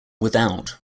without